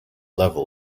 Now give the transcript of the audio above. level